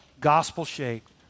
gospel-shaped